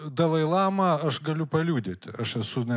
dalai lama aš galiu paliudyti aš esu ne